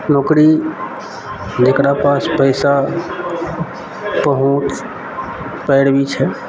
नौकरी जकरा पास पैसा पहुँच पैरबी छै